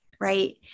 right